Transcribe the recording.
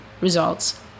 results